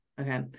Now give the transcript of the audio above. Okay